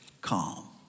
calm